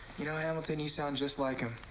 you know, hamilton, you sound just like him.